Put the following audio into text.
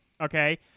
okay